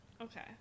okay